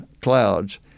clouds